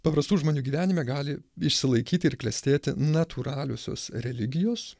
paprastų žmonių gyvenime gali išsilaikyti ir klestėti natūraliosios religijos